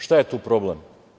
Šta je tu problem?